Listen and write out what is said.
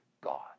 God